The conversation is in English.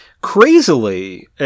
Crazily